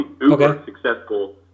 uber-successful